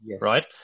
right